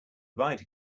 write